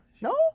No